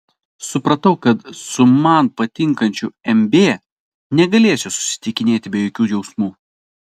supratau kad su man patinkančiu m b negalėsiu susitikinėti be jokių jausmų